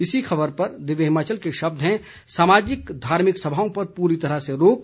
इसी खबर पर दिव्य हिमाचल के शब्द हैं सामाजिक धार्मिक सभाओं पर पूरी तरह से रोक